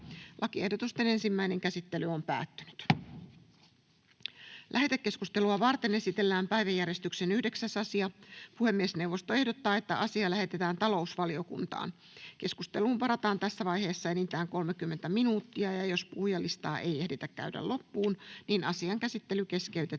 laeiksi Time: N/A Content: Lähetekeskustelua varten esitellään päiväjärjestyksen 5. asia. Puhemiesneuvosto ehdottaa, että asia lähetetään sivistysvaliokuntaan. Keskusteluun varataan tässä vaiheessa enintään 30 minuuttia. Jos puhujalistaa ei tässä ajassa ehditä käydä loppuun, asian käsittely keskeytetään